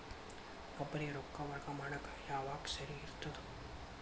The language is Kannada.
ಒಬ್ಬರಿಗ ರೊಕ್ಕ ವರ್ಗಾ ಮಾಡಾಕ್ ಯಾವಾಗ ಸರಿ ಇರ್ತದ್?